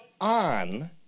on